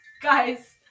Guys